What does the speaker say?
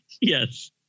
Yes